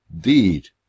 deed